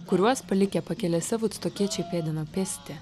kuriuos palikę pakelėse vudstokiečiai pėdino pėsti